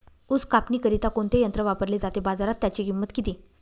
ऊस कापणीकरिता कोणते यंत्र वापरले जाते? बाजारात त्याची किंमत किती?